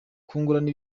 kungurana